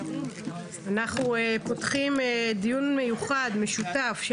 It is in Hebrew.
אנחנו פותחים דיון מיוחד ומשותף של